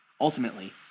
Ultimately